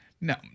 No